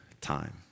time